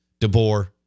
DeBoer